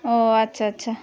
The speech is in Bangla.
ও আচ্ছা আচ্ছা